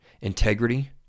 Integrity